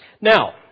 Now